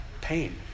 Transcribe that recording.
pain